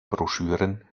broschüren